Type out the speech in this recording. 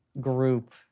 group